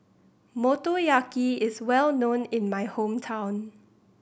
Motoyaki is well known in my hometown